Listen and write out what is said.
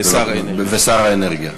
ושר האנרגיה.